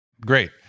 Great